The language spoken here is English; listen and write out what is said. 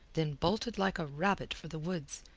then bolted like a rabbit for the woods,